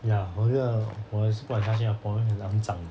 ya 我觉得我也是不敢下去那个 pond 很肮脏